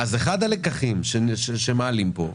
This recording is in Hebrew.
אחד הלקחים שמעלים פה,